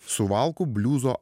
suvalkų bliuzo